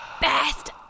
best